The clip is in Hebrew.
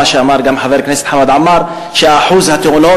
כפי שאמר חבר הכנסת עמאר שאחוז התאונות